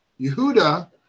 Yehuda